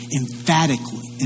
emphatically